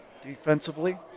Defensively